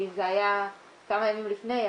ואם זה היה כמה ימים לפני,